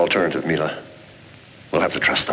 alternative media we'll have to trust